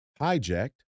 hijacked